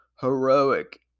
heroic